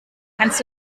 kannst